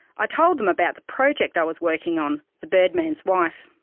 i told them about the project i was working on, the birdman's wife.